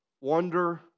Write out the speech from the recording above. wonder